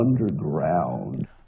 underground